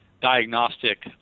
diagnostic